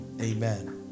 Amen